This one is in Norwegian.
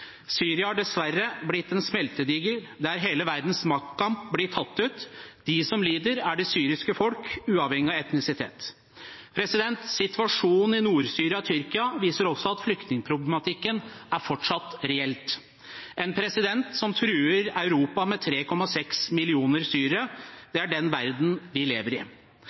Syria har dessverre blitt en smeltedigel der hele verdens maktkamp blir tatt ut. De som lider, er det syriske folk, uavhengig av etnisitet. Situasjonen i Nord-Syria og Tyrkia viser også at flyktningproblematikken fortsatt er reell. En president truer Europa med 3,6 millioner syrere – det er den verdenen vi lever i.